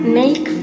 make